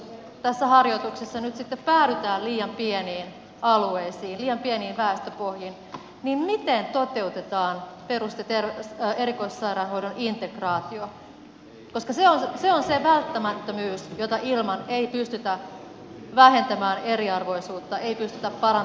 jos tässä harjoituksessa nyt sitten päädytään liian pieniin alueisiin liian pieniin väestöpohjiin niin miten toteutetaan perus ja erikoissairaanhoidon integraatio koska se on se välttämättömyys jota ilman ei pystytä vähentämään eriarvoisuutta ei pystytä parantamaan terveydenhuollon laatua